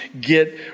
get